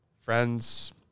friends